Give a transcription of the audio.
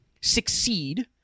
succeed